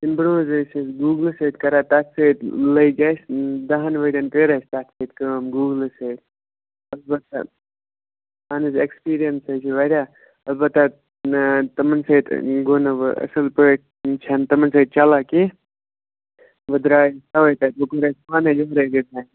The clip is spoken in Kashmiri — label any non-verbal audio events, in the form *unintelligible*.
اَمہِ برٛونٛہہ حظ ٲسۍ أسۍ گوٗگلَس سۭتۍ کَران تَتھ سۭتۍ لٔگۍ اَسہِ دَہَن ؤریَن کٔڈۍ اَسہِ تَتھ سۭتۍ کٲم گوٗگلہٕ سۭتۍ اَلبَتہ اَہَن حظ ایٚکٕسپیٖریَنٕس حظ چھِ واریاہ اَلبَتہ تِمَن سۭتۍ گوٚو نہٕ وۅنۍ اَصٕل پٲٹھۍ چھَنہٕ تِمَن سۭتۍ چَلان کیٚنٛہہ وۅنۍ درٛاے أسۍ تَوے تَتہِ وۅنۍ کوٚر اَسہِ پانَے *unintelligible*